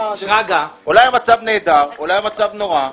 אולי המצב נהדר, אולי המצב נורא?